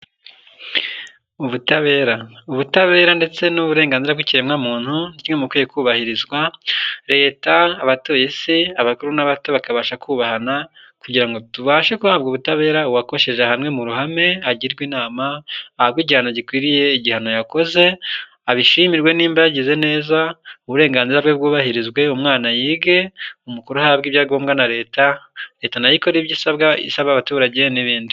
Ubutabera, ubutabera ndetse n'uburenganzira bw'ikiremwamuntu biri mu bikwiye kubahirizwa. Leta, abatuye isi, abakuru n'abato bakabasha kubahana, kugira ngo tubashe guhabwa ubutabera uwakosheje ahanwe mu ruhame, agirwa inama, ahabwe igihano gikwiriye icyaha yakoze, abishimirwe nimba yagize neza, uburenganzira bwe bwubahirizwe, umwana yige, umukuru ahabwa ibyo agombwa na leta, leta nayo ikore ibyo isabwa, isaba abaturage n'ibindi.